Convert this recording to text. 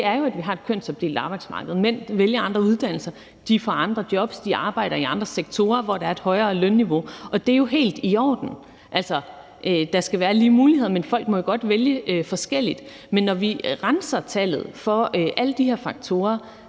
det er jo, at vi har et kønsopdelt arbejdsmarked. Mænd vælger andre uddannelser, de får andre jobs, de arbejder i andre sektorer, hvor der er et højere lønniveau, og det er jo helt i orden. Altså, der skal være lige muligheder, men folk må jo godt vælge forskelligt. Men når vi renser tallet for alle de her faktorer,